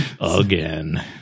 Again